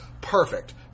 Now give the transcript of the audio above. Perfect